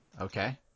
Okay